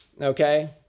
Okay